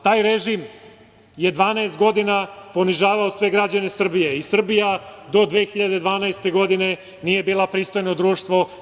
Taj režim je 12 godina ponižavao sve građane Srbije i Srbija do 2012. godine nije bila pristojno društvo.